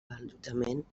allotjament